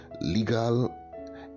legal